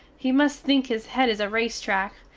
he must think his hed is a race track.